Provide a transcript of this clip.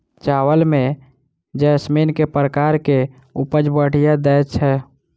चावल म जैसमिन केँ प्रकार कऽ उपज बढ़िया दैय छै?